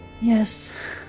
Yes